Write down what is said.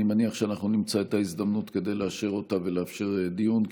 אני מניח שאנחנו נמצא את ההזדמנות לאשר אותה ולאפשר דיון,